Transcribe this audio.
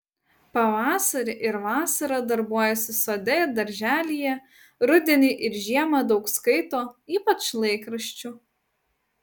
pavasarį ir vasarą darbuojasi sode ir darželyje rudenį ir žiemą daug skaito ypač laikraščių